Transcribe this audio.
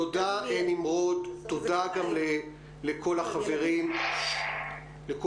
תודה, נמרוד, תודה גם לכל החברים בזום.